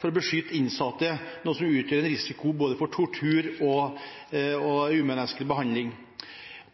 for å beskytte innsatte, noe som utgjør en risiko for tortur og umenneskelig behandling.